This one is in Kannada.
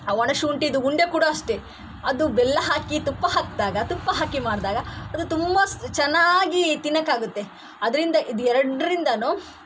ಒಣ ಶುಂಠಿದು ಉಂಡೆ ಕೂಡ ಅಷ್ಟೇ ಅದು ಬೆಲ್ಲ ಹಾಕಿ ತುಪ್ಪ ಹಾಕಿದಾಗ ತುಪ್ಪ ಹಾಕಿ ಮಾಡಿದಾಗ ಅದು ತುಂಬ ಚೆನ್ನಾಗಿ ತಿನ್ನೋಕ್ಕಾಗುತ್ತೆ ಅದರಿಂದ ಇದು ಎರಡರಿಂದಲೂ